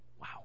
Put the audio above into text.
wow